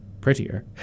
prettier